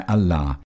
Allah